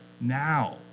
now